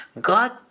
God